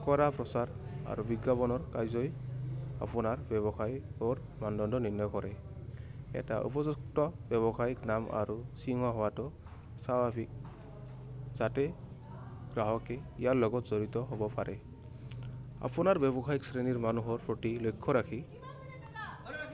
কৰা প্ৰচাৰ আৰু বিজ্ঞাপনৰ কাৰ্যই আপোনাৰ ব্যৱসায়বোৰ মানদণ্ড নিৰ্ণয় কৰে এটা উপযুক্ত ব্যৱসায়িক নাম আৰু সৃংহ হোৱাত স্বাভাাৱিক যাতে গ্ৰাহকে ইয়াৰ লগত জড়িত হ'ব পাৰে আপোনাৰ ব্যৱসায়িক শ্ৰেণীৰ মানুহৰ প্ৰতি লক্ষ্য ৰাখি